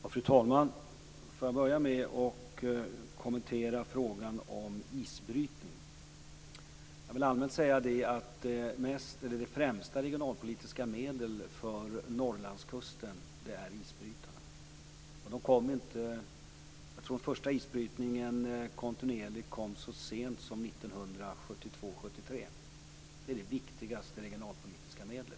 Fru talman! Låt mig börja med att kommentera frågan om isbrytning. Det främsta regionalpolitiska medlet för Norrlandskusten är isbrytarna. Jag tror att den första kontinuerliga isbrytningen kom så sent som 1972-1973. Det är det viktigaste regionalpolitiska medlet.